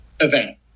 event